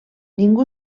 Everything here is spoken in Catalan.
ningú